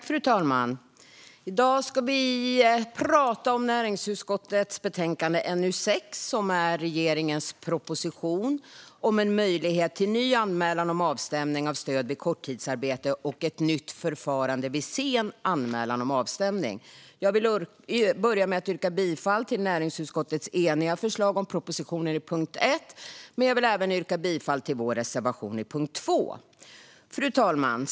Fru talman! I dag ska vi prata om näringsutskottets betänkande NU6 som behandlar regeringens proposition En möjlighet till ny anmälan om avstämning av stöd vid korttidsarbete och ett nytt f ö rfarande vid sen anmälan om avstämning . Jag vill börja med att yrka bifall till näringsutskottets eniga förslag om propositionen i punkt 1, men jag vill även yrka bifall till vår reservation i punkt 2. Fru talman!